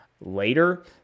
later